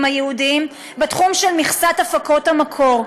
הייעודיים בתחום של מכסת הפקות המקור.